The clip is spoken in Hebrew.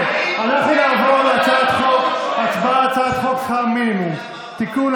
אנחנו נעבור להצבעה על הצעת חוק שכר מינימום (תיקון,